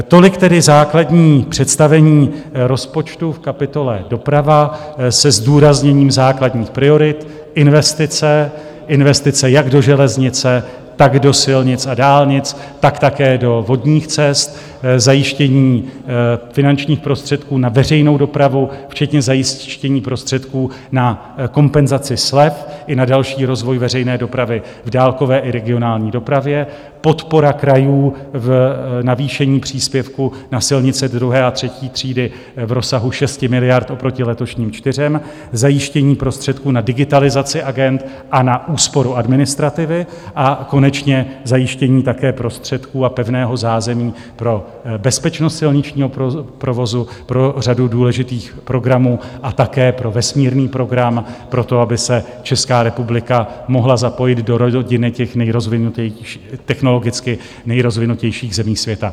Tolik tedy základní představení rozpočtu v kapitole Doprava se zdůrazněním základních priorit investice, investice, jak do železnice, tak do silnic a dálnic, tak také do vodních cest, zajištění finančních prostředků na veřejnou dopravu včetně zajištění prostředků na kompenzaci slev i na další rozvoj veřejné dopravy v dálkové i regionální dopravě, podpora krajů v navýšení příspěvku na silnice druhé a třetí třídy v rozsahu 6 miliard oproti letošním čtyřem, zajištění prostředků na digitalizaci agend a na úsporu administrativy a konečně zajištění také prostředků a pevného zázemí pro bezpečnost silničního provozu, pro řadu důležitých programů a také pro vesmírný program, pro to, aby se Česká republika mohla zapojit do rodiny technologicky nejrozvinutějších zemí světa.